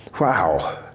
wow